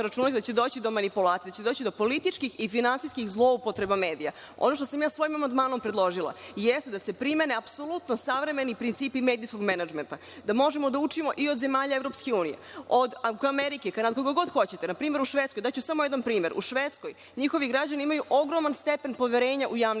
računati da će doći do manipulacije, da će doći do političkih i finansijskih zloupotreba medija. Ono što sam ja svojim amandmanom predložila jeste da se primene apsolutno savremeni principi medijskog menadžmenta, da možemo da učimo i od zemalja EU, od angloamerike, od koga god hoćete. Na primer, u Švedskoj, daću samo jedan primer, njihovi građani imaju ogroman stepen poverenja u javni